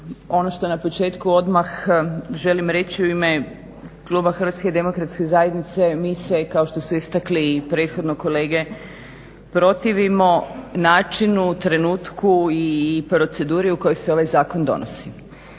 ono što na početku odmah želim reći u ime kluba HDZ-a, mi se kao što su istakli i prethodno kolege protivimo načinu, trenutku i proceduri u kojoj se ovaj zakon donosi,